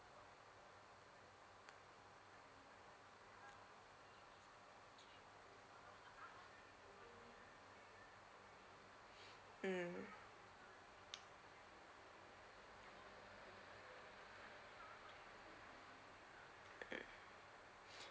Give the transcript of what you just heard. mm mm